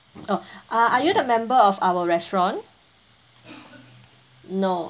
oh uh are you the member of our restaurant no